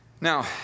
Now